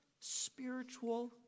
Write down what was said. spiritual